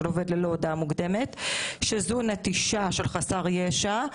עובד ללא הודעה מוקדמת שזו נטישה של חסר ישע,